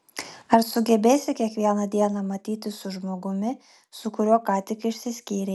ar sugebėsi kiekvieną dieną matytis su žmogumi su kuriuo ką tik išsiskyrei